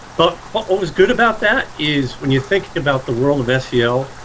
but but what was good about that is when you think about the world of ah seo,